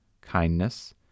kindness